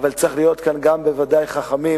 אבל צריך להיות כאן גם בוודאי חכמים,